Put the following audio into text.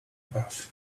path